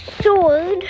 Sword